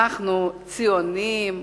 אנחנו ציונים,